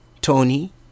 Tony